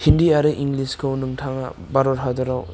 हिन्दी आरो इंग्लिसखौ नोंथाङा भारत हादराव